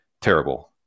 terrible